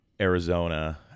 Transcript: Arizona